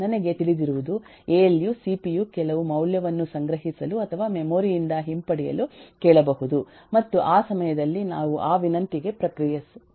ನನಗೆ ತಿಳಿದಿರುವುದು A L U CPU ಕೆಲವು ಮೌಲ್ಯವನ್ನು ಸಂಗ್ರಹಿಸಲು ಅಥವಾ ಮೆಮೊರಿ ಯಿಂದ ಹಿಂಪಡೆಯಲು ಕೇಳಬಹುದು ಮತ್ತು ಆ ಸಮಯದಲ್ಲಿ ನಾವು ಆ ವಿನಂತಿಗೆ ಪ್ರತಿಕ್ರಿಯಿಸಬಹುದು